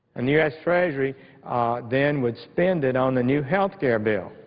and the u s. treasury then would spend it on the new health care bill.